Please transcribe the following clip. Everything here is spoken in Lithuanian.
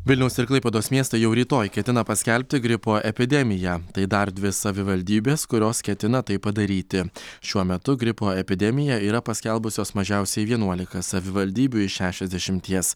vilniaus ir klaipėdos miestai jau rytoj ketina paskelbti gripo epidemiją tai dar dvi savivaldybės kurios ketina tai padaryti šiuo metu gripo epidemiją yra paskelbusios mažiausiai vienuolika savivaldybių iš šešiasdešimies